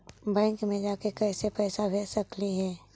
Bank मे जाके कैसे पैसा भेज सकली हे?